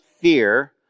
fear